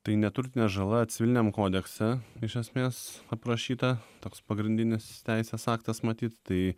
tai neturtinė žala civiliniam kodekse iš esmės aprašyta toks pagrindinis teisės aktas matyt tai